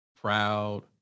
proud